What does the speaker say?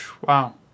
Wow